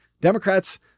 Democrats